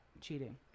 cheating